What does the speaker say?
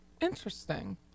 Interesting